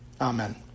amen